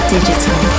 Digital